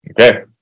Okay